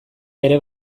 ere